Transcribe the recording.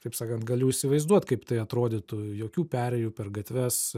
taip sakant galiu įsivaizduot kaip tai atrodytų jokių perėjų per gatves